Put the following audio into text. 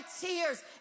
tears